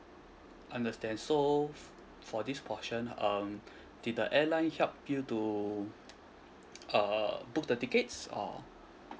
understand so for this portion um did the airline helped you to uh book the tickets or